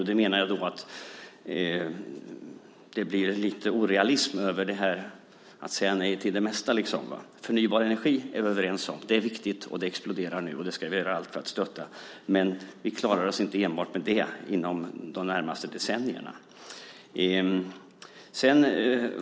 Jag menar att det blir lite orealism över detta att säga nej till det mesta. Vi är överens om att vi ska satsa på förnybar energi. Det är viktigt, och det exploderar nu. Det ska vi göra allt för att stötta, men vi klarar oss inte enbart med det under de närmaste decennierna.